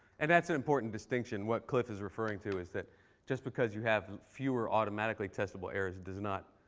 and that's an important distinction. what cliff is referring to is that just because you have fewer automatically testable errors does not